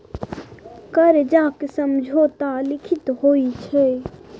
करजाक समझौता लिखित होइ छै